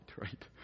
right